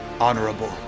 Honorable